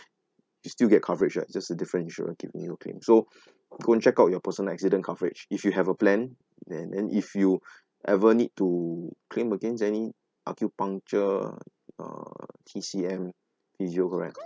you still get coverage right just a different insurer keeping your claim so go and check out your personal accident coverage if you have a plan then and if you ever need to claim against any acupuncture uh T_C_M physio correct